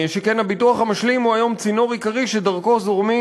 שכן הביטוח המשלים הוא היום צינור עיקרי שדרכו זורמים